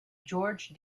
george